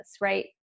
right